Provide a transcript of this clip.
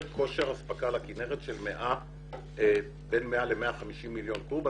כושר אספקה לכינרת של בין 100 ל-150 מיליון קוב.